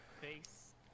face